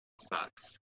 sucks